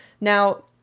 now